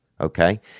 Okay